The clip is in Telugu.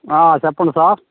చెప్పండి సార్